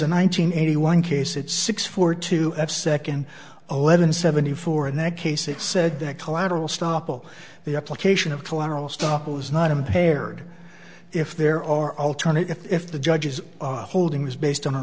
hundred eighty one case it's six four to five second eleven seventy four in that case it said that collateral stoppel the application of collateral stock was not impaired if there are alternatives if the judge is holding was based on an